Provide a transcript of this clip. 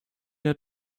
der